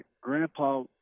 grandpa